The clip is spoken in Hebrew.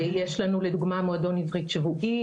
יש לנו לדוגמא מועדון עברית שבועי,